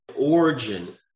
origin